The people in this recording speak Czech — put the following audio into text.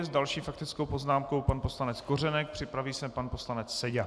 S další faktickou poznámku pan poslanec Kořenek, připraví se pan poslanec Seďa.